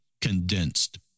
Condensed